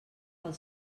pel